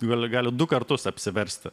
gali gali du kartus apsiversti